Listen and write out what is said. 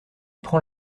prend